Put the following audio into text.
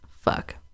fuck